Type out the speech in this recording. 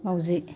माउजि